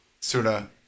Suna